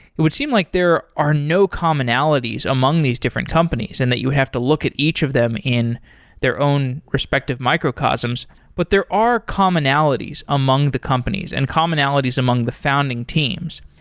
it would seem like there are no commonalities among these different companies and that you have to look at each of them in their own respective microcosms. but there are commonalities among the companies and commonalities among the founding teams.